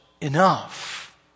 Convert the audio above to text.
enough